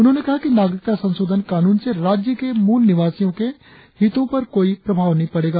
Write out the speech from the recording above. उन्होंने कहा कि नागरिकता संशोधन कानून से राज्य के मूल निवासियों के हितो पर कोई प्रभाव नही पड़ेगा